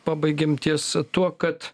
pabaigėm ties tuo kad